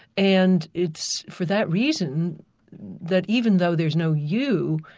and it's for that reason that even though there's no you,